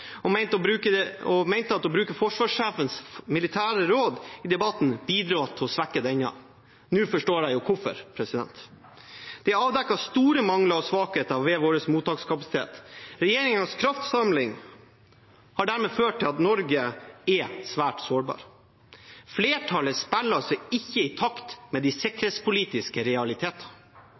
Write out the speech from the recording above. råd i debatten bidro til å svekke denne. Nå forstår jeg hvorfor. Det er avdekket store mangler og svakheter ved vår mottakskapasitet. Regjeringens «kraftsamling» har dermed ført til at Norge er svært sårbar. Flertallet spiller ikke i takt med de sikkerhetspolitiske realitetene.